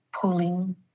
pulling